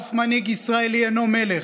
אף מנהיג ישראלי אינו מלך.